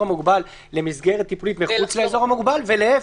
המוגבל למסגרת טיפולית מחוץ לאזור המוגבל ולהפך,